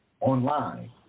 online